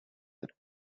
that